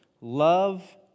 Love